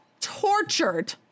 tortured